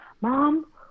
mom